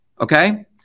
okay